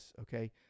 okay